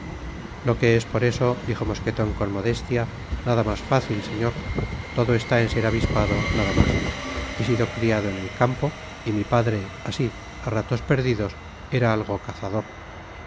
lo que es por eso dijo mosqueton con modestia nada mas fácil señor todo está en ser avispado nada mas he sido criado en el campo y mi padre asi á ratos perdidos era algo cazador